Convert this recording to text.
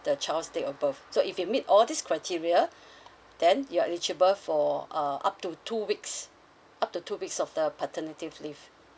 the child's date of birth so if you meet all this criteria then you are eligible for uh up to two weeks up to two weeks of the paternity leave